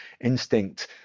instinct